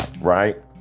Right